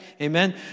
Amen